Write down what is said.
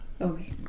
Okay